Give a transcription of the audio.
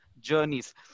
journeys